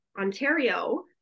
ontario